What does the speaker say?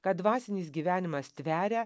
kad dvasinis gyvenimas tveria